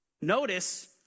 Notice